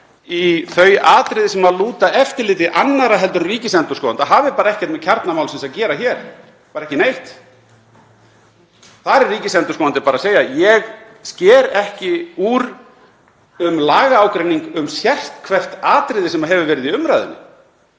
í þau atriði sem lúta eftirliti annarra en ríkisendurskoðanda, hafi bara ekkert með kjarna málsins að gera hér, bara ekki neitt. Þar er ríkisendurskoðandi bara að segja: Ég sker ekki úr um lagaágreining um sérhvert atriði sem hefur verið í umræðunni.